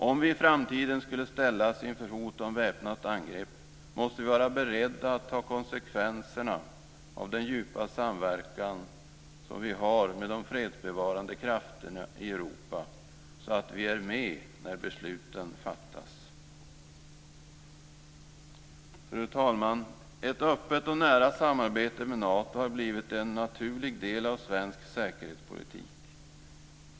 Om vi i framtiden skulle ställas inför hot om väpnat angrepp, måste vi vara beredda att ta konsekvenserna av den djupa samverkan som vi har med de fredsbevarande krafterna i Europa så att vi är med när besluten fattas. Fru talman! Ett öppet och nära samarbete med Nato har blivit en naturlig del av svensk säkerhetspolitik.